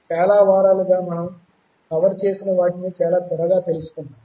చాలా వారాలుగా మనం పరిశీలనం చేసిన వాటి గురించి చాలా త్వరగా తెలుసుకుందాం